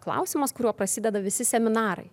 klausimas kuriuo prasideda visi seminarai